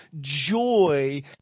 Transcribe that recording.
joy